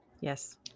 Yes